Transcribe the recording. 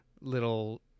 little